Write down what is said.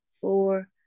four